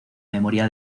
memoria